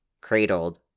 cradled